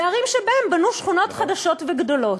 אלה ערים שבהן בנו שכונות חדשות וגדולות.